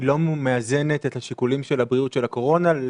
היא לא מאזנת את השיקולים של הבריאות של הקורונה אל